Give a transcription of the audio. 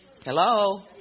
Hello